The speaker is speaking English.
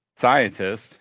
scientist